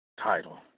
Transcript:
title